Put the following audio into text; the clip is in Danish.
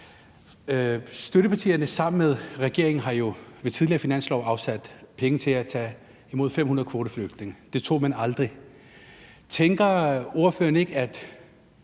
støttepartierne har jo sammen med regeringen ved tidligere finanslove afsat penge til at tage imod 500 kvoteflygtninge. Det tog man aldrig imod. Tænker ordføreren ikke, at